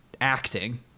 acting